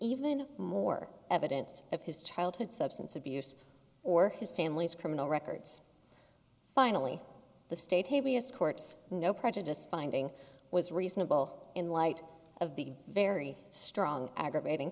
even more evidence of his childhood substance abuse or his family's criminal records finally the state courts no prejudice finding was reasonable in light of the very strong aggravating